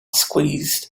squeezed